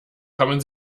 kommen